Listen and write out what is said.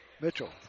Mitchell